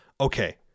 okay